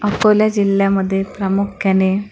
अकोला जिल्ह्यामध्ये प्रामुख्याने